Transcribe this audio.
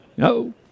No